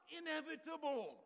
inevitable